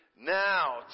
Now